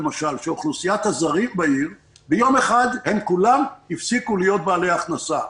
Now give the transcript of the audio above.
למשל על אוכלוסיית הזרים בעיר שביום אחד כולם הפסיקו להיות בעלי הכנסה.